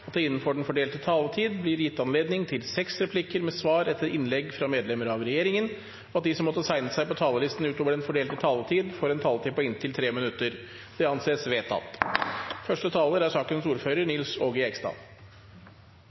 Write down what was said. det – innenfor den fordelte taletid – blir gitt anledning til inntil seks replikker med svar etter innlegg fra medlemmer av regjeringen, og at de som måtte tegne seg på talerlisten utover den fordelte taletid, får en taletid på inntil 3 minutter. – Det anses vedtatt. Vi er